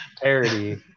parody